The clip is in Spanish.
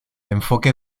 enfoque